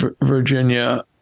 Virginia